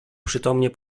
przytomnie